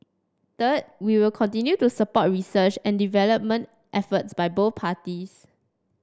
third we will continue to support research and development efforts by both parties